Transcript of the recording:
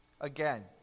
Again